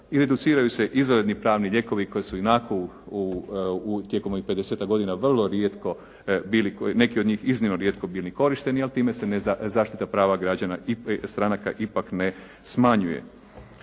Reduciraju se izvanredni pravni lijekovi koji su ionako tijekom ovih 50-tak godina vrlo rijetko bili, neki od njih iznimno rijetko bili korišteni, ali time se zaštita prava građana i stranaka ipak ne smanjuje.